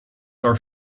are